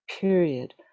period